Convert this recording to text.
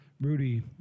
Rudy –